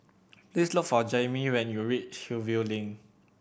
please look for Jaimee when you reach Hillview Link